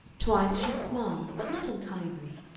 twice she smiled, but not unkindly.